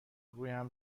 رویهم